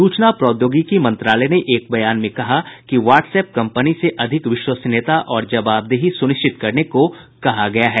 सूचना प्रौद्योगिकी मंत्रालय ने एक बयान में कहा कि व्हाट्स ऐप कंपनी से अधिक विश्वसनीयता और जवाबदेही सुनिश्चित करने को कहा गया है